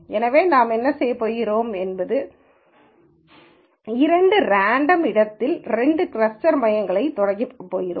எனவே நாம் என்ன செய்யப் போகிறோம் என்பது இரண்டு ரேண்டம் இடத்தில் இரண்டு கிளஸ்டர் மையங்களைத் தொடங்கப் போகிறோம்